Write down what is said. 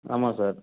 ஆமாம் சார்